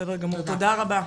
בסדר גמור, תודה רבה.